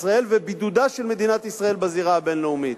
ישראל ובידודה של מדינת ישראל בזירה הבין-לאומית.